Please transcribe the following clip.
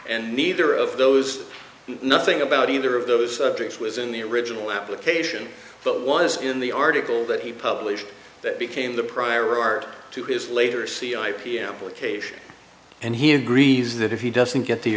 and neither of those nothing about either of those subjects was in the original application but was in the article that he published that became the prior art to his later see i p m case and he agrees that if he doesn't get the